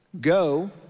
Go